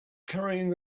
carrying